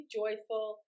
joyful